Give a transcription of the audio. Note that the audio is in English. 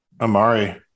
Amari